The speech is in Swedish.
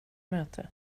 möte